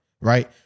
right